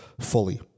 fully